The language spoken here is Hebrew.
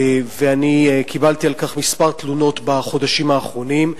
ואני קיבלתי על כך כמה תלונות בחודשים האחרונים,